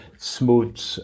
Smooth